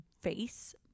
face